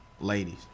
ladies